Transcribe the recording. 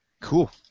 Cool